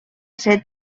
ser